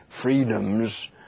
freedoms